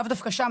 לאו דווקא שם,